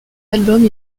albums